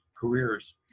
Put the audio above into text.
careers